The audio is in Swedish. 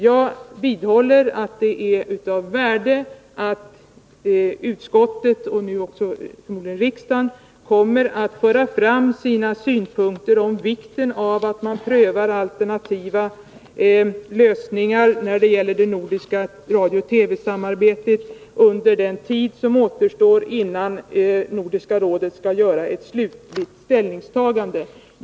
Jag vidhåller att det är av värde att utskottet och förmodligen också riksdagen för fram sina synpunkter om vikten av att man prövar alternativa lösningar när det gäller det nordiska radiooch TV-samarbetet under den tid som återstår innan Nordiska rådet skall göra ett slutligt ställningstagande.